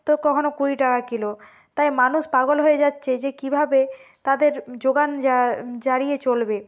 তো কখনও কুড়ি টাকা কিলো তাই মানুষ পাগল হয়ে যাচ্ছে যে কীভাবে তাদের যোগান জারিয়ে চলবে